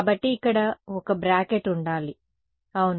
కాబట్టి ఇక్కడ ఒక బ్రాకెట్ ఉండాలి అవును